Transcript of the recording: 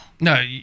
no